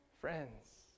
Friends